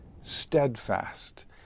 steadfast